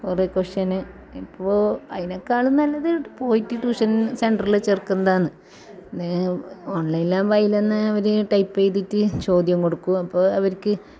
കുറേ ക്വസ്റ്റിന് ഇപ്പോൾ അതിനെക്കാളും നല്ലത് പോയിട്ട് ട്യൂഷൻ സെൻറ്ററിൽ ചേർക്കുന്നതാന്ന് ഓൺലൈനാകുമ്പോൾ അതിൽ തന്നെ അവർ ടൈപ്പ് ചെയ്തിട്ട് ചോദ്യം കൊടുക്കും അപ്പം അവർക്ക്